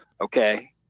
Okay